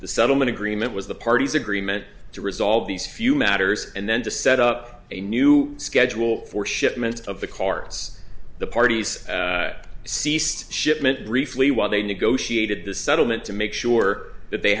the settlement agreement was the parties agreement to resolve these few matters and then to set up a new schedule for shipment of the carts the parties ceased shipment briefly while they negotiated the settlement to make sure that they